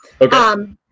Okay